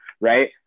right